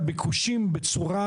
התוצאה היא שלאנשים אין פתרון.